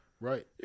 Right